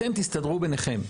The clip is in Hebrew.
אתם תסתדרו ביניכם.